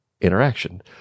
interaction